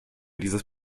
dieses